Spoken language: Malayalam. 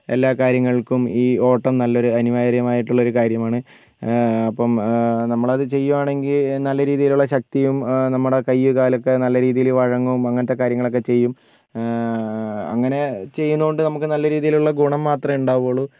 എല്ലാ കാര്യങ്ങൾക്കും ഈ ഓട്ടം നല്ലൊരു അനിവാര്യമായിട്ടുള്ളൊരു കാര്യമാണ് അപ്പം നമ്മളത് ചെയ്യുവാണെങ്കിൽ നല്ല രീതിയിലുള്ള ശക്തിയും നമ്മുടെ കൈ കാലൊക്കെ നല്ല രീതിയിൽ വഴങ്ങും അങ്ങനത്തെ കാര്യങ്ങളൊക്കെ ചെയ്യും അങ്ങനെ ചെയ്യുന്നതുകൊണ്ട് നമുക്ക് ഉണ്ടാവുള്ളൂ